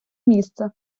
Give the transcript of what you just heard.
місце